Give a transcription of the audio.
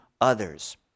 others